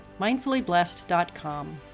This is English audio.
mindfullyblessed.com